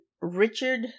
Richard